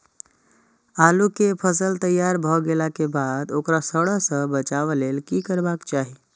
आलू केय फसल तैयार भ गेला के बाद ओकरा सड़य सं बचावय लेल की करबाक चाहि?